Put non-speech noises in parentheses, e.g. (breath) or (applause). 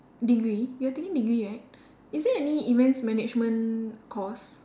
degree you are taking degree right (breath) is there any events management course